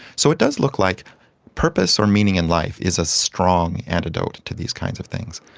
so it does look like purpose or meaning in life is a strong antidote to these kind of things.